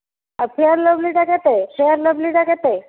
ଆଉ ଫେୟାର୍ ଲଭ୍ଲିଟା କେତେ ଫେୟାର୍ ଲଭ୍ଲିଟା କେତେ